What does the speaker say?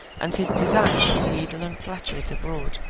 and his desire to wheedle and flatter it abroad,